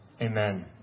Amen